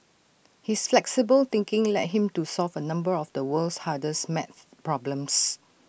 his flexible thinking led him to solve A number of the world's hardest math problems